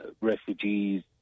refugees